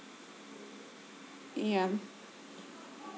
and